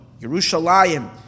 Yerushalayim